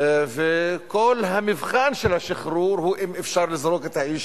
שעל פניו היה נראה שהוא שוקל עם שריו להיענות,